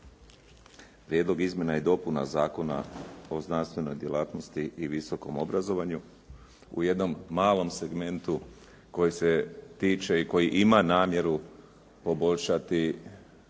Prijedlog izmjena i dopuna Zakona o znanstvenoj djelatnosti i visokom obrazovanju u jednom malom segmentu koji se tiče i koji ima namjeru poboljšati,